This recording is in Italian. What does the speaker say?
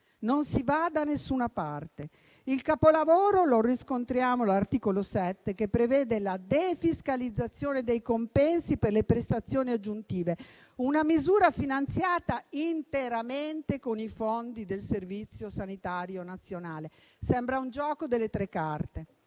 non si va da nessuna parte. Il capolavoro lo riscontriamo all'articolo 7, che prevede la defiscalizzazione dei compensi per le prestazioni aggiuntive, una misura finanziata interamente con i fondi del Servizio sanitario nazionale: sembra il gioco delle tre carte.